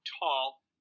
tall